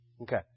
Okay